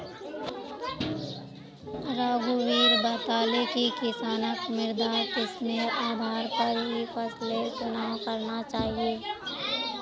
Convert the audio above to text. रघुवीर बताले कि किसानक मृदा किस्मेर आधार पर ही फसलेर चुनाव करना चाहिए